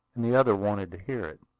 and the other wanted to hear it.